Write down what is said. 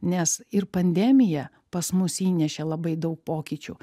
nes ir pandemija pas mus įnešė labai daug pokyčių